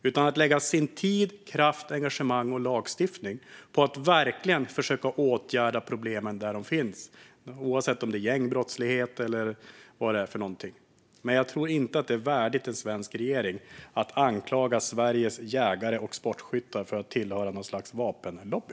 Statsrådet borde lägga sin tid och kraft och sitt engagemang på lagstiftning om att verkligen försöka åtgärda de problem som finns oavsett om det gäller gängbrottslighet eller något annat. Jag tycker inte att det är värdigt en svensk regering att anklaga Sveriges jägare och sportskyttar för att tillhöra något slags vapenlobby.